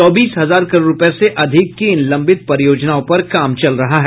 चौबीस हजार करोड़ रूपये से अधिक की इन लंबित परियोजनाओं पर काम चल रहा है